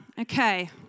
okay